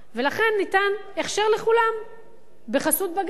ולכן ניתן הכשר לכולם בחסות בג"ץ.